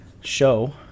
show